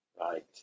Right